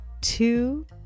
two